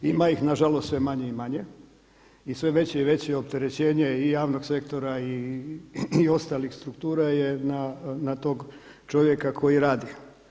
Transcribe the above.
Ima ih na žalost sve manje i manje i sve veće i veće opterećenje i javnog sektora i ostalih struktura je na tog čovjeka koji radi.